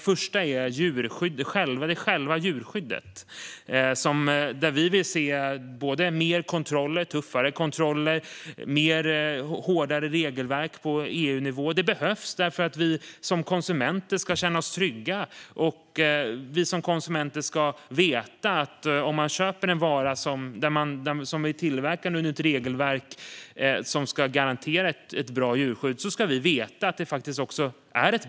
Först och främst har vi själva djurskyddet. Vi i Liberalerna vill se fler och tuffare kontroller. Vi vill ha ett hårdare regelverk på EU-nivå. Det behövs för att vi konsumenter ska kunna känna oss trygga. När vi köper en vara som är tillverkad under ett regelverk som ska garantera ett gott djurskydd ska vi kunna veta att djurskyddet verkligen är gott.